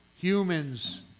humans